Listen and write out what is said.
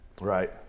Right